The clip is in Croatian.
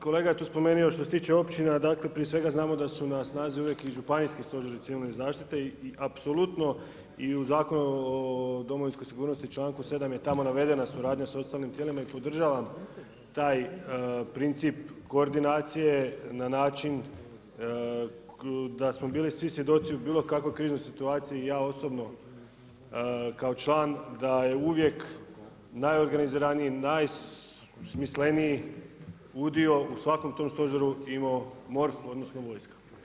kolega je tu spomenuo što se tiče općina, dakle prije svega znamo da su na snazi uvijek i županijski stožeri civilne zaštite i apsolutno i u Zakonu o domovinskoj sigurnosti, članku 7. je tamo navedena suradnja sa ostalim tijelima i podržavam taj princip koordinacije na način da smo bili svi svjedoci u bilo kakvoj kriznoj situaciji i ja osobno kao član, da je uvijek najorganiziraniji, najsmisleniji udio u svakom tom stožeru imao MORH odnosno vojska.